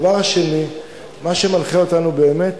דבר שני, מה שמנחה אותנו באמת